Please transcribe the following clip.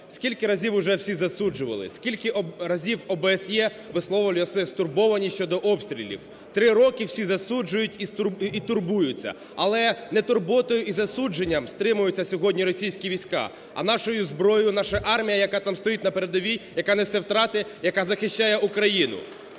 скільки разів уже всіх засуджували, скільки разів ОБСЄ висловлює свою стурбованість щодо обстрілів? Три роки всі засуджують і турбуються, але не турботою і засудженням стримуються сьогодні російські війська, а нашою зброєю наша армія, яка там стоїть на передовій, яка несе втрати, яка захищає Україну.